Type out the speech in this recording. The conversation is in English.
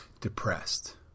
depressed